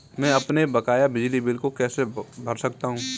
मैं अपने बकाया बिजली बिल को कैसे भर सकता हूँ?